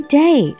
day